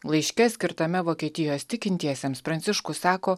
laiške skirtame vokietijos tikintiesiems pranciškus sako